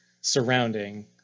surrounding